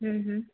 हूँ हूँ